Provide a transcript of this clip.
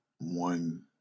one